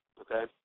okay